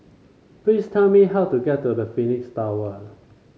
please tell me how to get to the Phoenix Tower